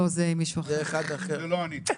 יונתן,